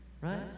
Right